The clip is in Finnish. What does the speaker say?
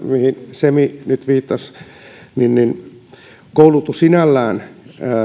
semi nyt viittasi niin niin koulutus sinällään